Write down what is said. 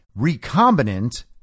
recombinant